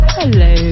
Hello